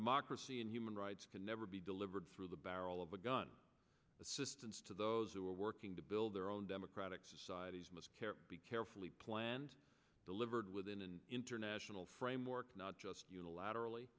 democracy and human rights can never be delivered through the barrel of a gun assistance to those who are working to build their own democratic societies must be carefully planned delivered within an international framework not just unilaterally